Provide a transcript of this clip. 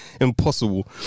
Impossible